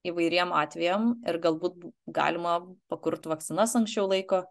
įvairiem atvejam ir galbūt galima pakurt vakcinas anksčiau laiko